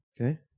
Okay